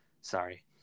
Sorry